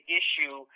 issue